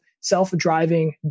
self-driving